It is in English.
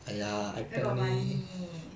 where got money